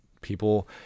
people